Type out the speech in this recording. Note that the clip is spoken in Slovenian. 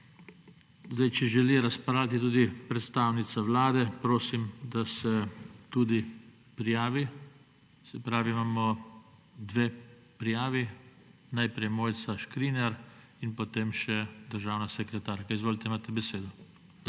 je. Če želi razpravljati tudi predstavnica Vlade, prosim, da se tudi prijavi. Se pravi, imamo dve prijavi. Najprej Mojca Škrinjar in potem še državna sekretarka. Izvolite, imate besedo.